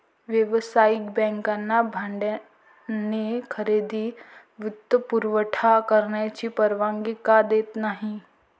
व्यावसायिक बँकांना भाड्याने खरेदी वित्तपुरवठा करण्याची परवानगी का देत नाही